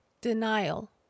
Denial